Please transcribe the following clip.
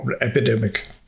epidemic